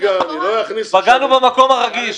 פגענו במקום הרגיש.